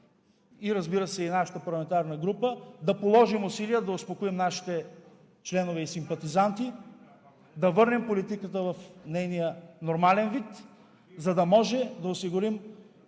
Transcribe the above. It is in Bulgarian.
разбира се, и нашата парламентарна група, да положим усилия да успокоим нашите членове и симпатизанти, да върнем политиката в нейния нормален вид, за да може да осигурим